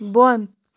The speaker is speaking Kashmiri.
بۄن